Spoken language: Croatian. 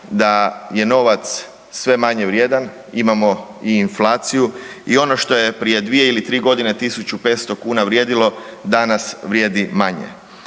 da je novac sve manje vrijedan, imamo i inflaciju i ono što je prije 2 ili 3 godine 1.500 kuna vrijedilo, danas vrijedi manje.